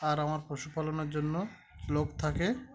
আর আমার পশুপালনের জন্য লোক থাকে